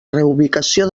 reubicació